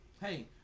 hey